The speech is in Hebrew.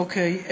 אוקיי.